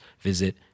visit